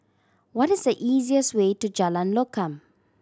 what is the easiest way to Jalan Lokam